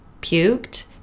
puked